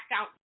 out